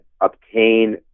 obtain